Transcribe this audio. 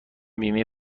بیمه